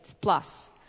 plus